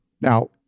Now